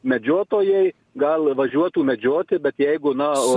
medžiotojai gal važiuotų medžioti bet jeigu na o